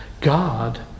God